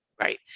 Right